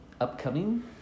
Upcoming